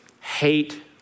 hate